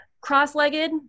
cross-legged